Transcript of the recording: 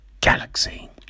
galaxy